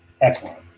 Excellent